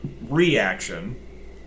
reaction